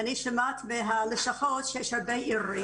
כי אני שומעת מהלשכות שיש עדיין ערעורים